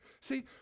see